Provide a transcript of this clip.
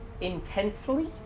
intensely